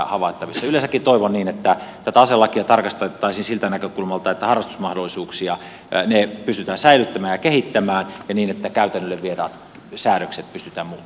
yleensäkin toivon niin että tätä aselakia tarkastettaisiin siitä näkökulmasta että harrastusmahdollisuuksia pystytään säilyttämään ja kehittämään ja niin että käytännölle vieraat säädökset pystytään muuttamaan